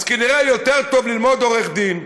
אז כנראה יותר טוב ללמוד עריכת-דין,